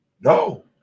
No